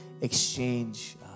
exchange